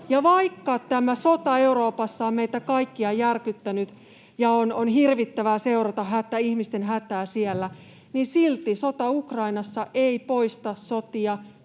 vaikka tämä sota Euroopassa on meitä kaikkia järkyttänyt ja on hirvittävää seurata ihmisten hätää siellä, niin silti sota Ukrainassa ei poista sotia,